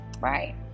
right